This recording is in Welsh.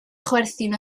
chwerthin